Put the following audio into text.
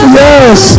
yes